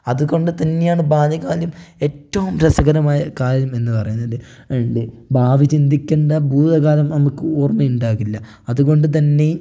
അതുകൊണ്ടുതന്നെയാണ് ബാല്യകാലം ഏറ്റവും രസകരമായ കാലം എന്നു പറയുന്നത് ഭാവി ചിന്തിക്കെണ്ട ഭൂതകാലം നമുക്ക് ഓർമ്മയുണ്ടാകില്ല അതുകൊണ്ടുതന്നെ